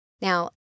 Now